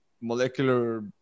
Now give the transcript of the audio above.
molecular